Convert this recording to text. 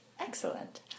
Excellent